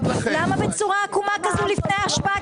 למה בצורה עקומה כזאת לפני הצבעת הממשלה?